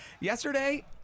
Yesterday